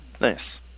Nice